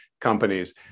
companies